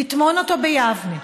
לטמון אותו ביבנה,